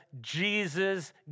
Jesus